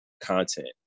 content